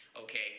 okay